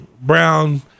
Brown